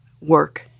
work